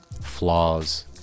flaws